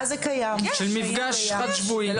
של מפגש חד שבועי.